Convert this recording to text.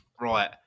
right